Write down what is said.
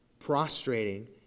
Prostrating